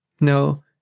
No